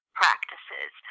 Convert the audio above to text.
practices